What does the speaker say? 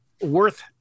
worth